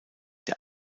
der